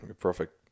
perfect